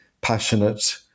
passionate